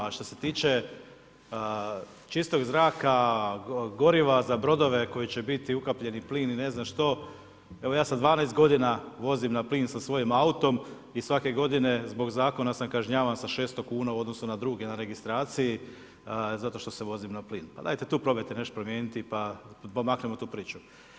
A što se tiče čistog zraka, goriva za brodove koji će biti ukapljeni plin i ne znam što, evo ja se 12 godina vozim na plin sa svojim autom i svake godine, zbog zakona sam kažnjavan sa 600 kuna u odnosu na druge na registraciji zato što se vozim na plin, pa dajte tu probajte nešto promijeniti pa maknemo tu priču.